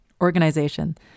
organization